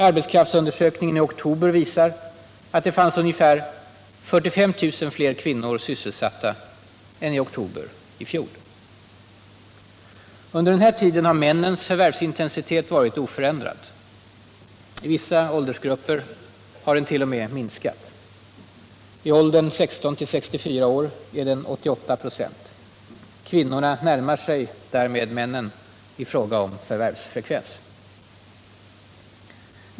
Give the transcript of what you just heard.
Arbetskraftsundersökningen i oktober visar att det fanns ungefär 45 000 fler kvinnor sysselsatta än i oktober i fjol. Under den här tiden har männens förvärvsintensitet varit oförändrad. I vissa åldersgrupper har den t.o.m. minskat. I åldern 16-64 år är den 88 26. Kvinnorna närmar sig därmed männen i fråga om förvärvsfrekvens.